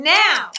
now